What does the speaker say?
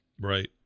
right